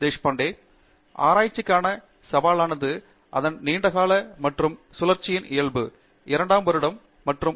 தேஷ்பாண்டே ஆராய்ச்சிக்கான சவாலானது அதன் நீண்ட கால மற்றும் சுழற்சியின் இயல்பு என்பதே நாம் ஏன் கூறினோம்